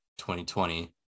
2020